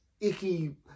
icky